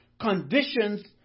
conditions